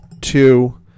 two